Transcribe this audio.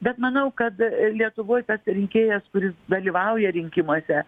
bet manau kad lietuvoj tas rinkėjas kuris dalyvauja rinkimuose